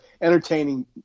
entertaining